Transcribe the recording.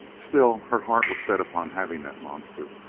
still, her heart was set upon having that monster,